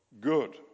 good